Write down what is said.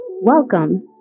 Welcome